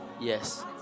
Yes